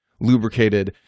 lubricated